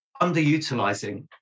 underutilizing